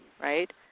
right